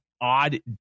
odd